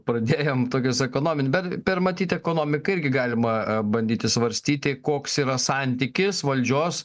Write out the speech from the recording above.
pradėjom tokius ekonominę bet per matyt ekonomiką irgi galima bandyti svarstyti koks yra santykis valdžios